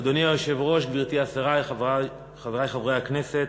אדוני היושב-ראש, גברתי השרה, חברי חברי הכנסת,